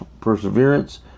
perseverance